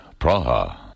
Praha